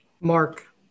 Mark